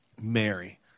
Mary